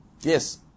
Yes